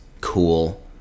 cool